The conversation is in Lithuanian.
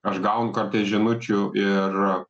aš gaun kartais žinučių ir